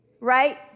right